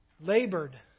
labored